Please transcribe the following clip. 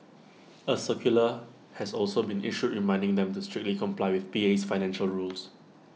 A circular has also been issued reminding them to strictly comply with PA's financial rules